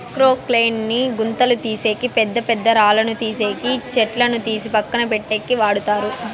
క్రొక్లేయిన్ ని గుంతలు తీసేకి, పెద్ద పెద్ద రాళ్ళను తీసేకి, చెట్లను తీసి పక్కన పెట్టేకి వాడతారు